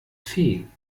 fee